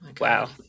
Wow